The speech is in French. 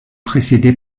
précédée